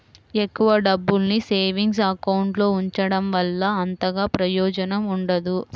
ఎక్కువ డబ్బుల్ని savings account లో ఉంచడం వల్ల అంతగా ప్రయోజనం ఉండదు